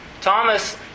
Thomas